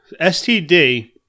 STD